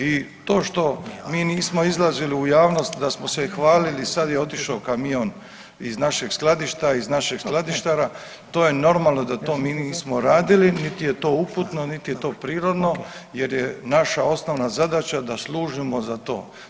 I to što mi nismo izlazili u javnost, da smo se hvalili, sad je otišao kamion iz našeg skladišta, iz našeg skladištara, to je normalno da to mi nismo radili niti je to uputno niti je to prirodno jer je naša osnovna zadaća da služimo za to.